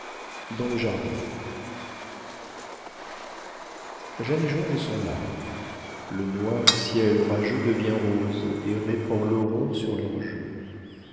le printemps jeanne et georges sont là le noir ciel orageux devient rose et répand l'aurore sur leurs jeux